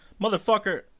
Motherfucker